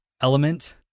element